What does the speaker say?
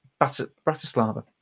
Bratislava